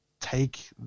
take